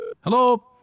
Hello